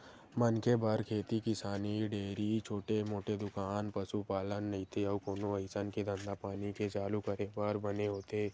मनखे बर खेती किसानी, डेयरी, छोटे मोटे दुकान, पसुपालन नइते अउ कोनो अइसन के धंधापानी के चालू करे बर बने होथे